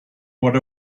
what